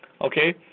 Okay